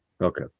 okay